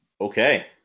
Okay